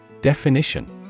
Definition